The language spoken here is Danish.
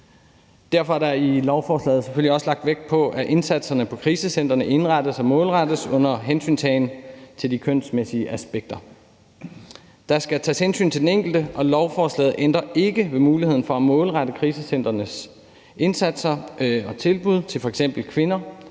Derfor er der i lovforslaget selvfølgelig også lagt vægt på, at indsatserne på krisecentrene indrettes og målrettes under hensyntagen til de kønsmæssige aspekter. Der skal tages hensyn til den enkelte, og lovforslaget ændrer ikke ved muligheden for at målrette krisecentrenes indsatser og tilbud til f.eks. kvinder,